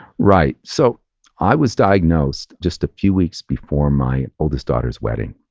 right. so i was diagnosed just a few weeks before my oldest daughter's wedding.